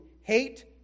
hate